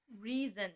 Reason